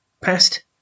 passed